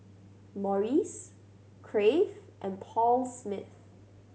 Morries Crave and Paul Smith